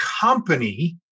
company